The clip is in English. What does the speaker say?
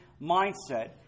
mindset